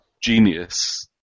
genius